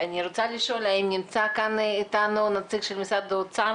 אני רוצה לשאול האם נמצא כאן איתנו נציג של משרד האוצר?